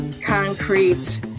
concrete